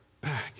back